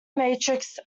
matrix